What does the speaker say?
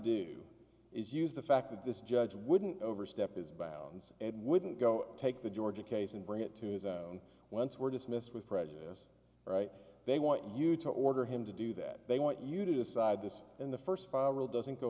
do is use the fact that this judge wouldn't overstepped his bounds and wouldn't go take the georgia case and bring it to his once were dismissed with prejudice right they want you to order him to do that they want you to decide this in the first rule doesn't go